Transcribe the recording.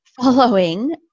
following